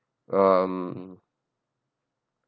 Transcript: um